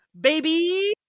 baby